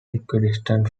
equidistant